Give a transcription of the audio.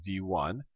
v1